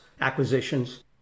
acquisitions